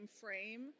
frame